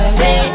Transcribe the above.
say